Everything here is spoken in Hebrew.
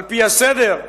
על-פי הסדר,